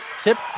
tipped